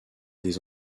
des